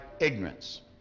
ignorance